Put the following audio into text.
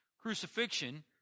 crucifixion